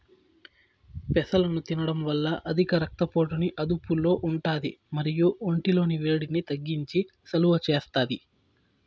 పెసలను తినడం వల్ల అధిక రక్త పోటుని అదుపులో ఉంటాది మరియు ఒంటి లోని వేడిని తగ్గించి సలువ చేస్తాది